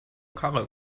karre